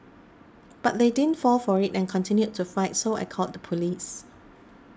but they didn't fall for it and continued to fight so I called police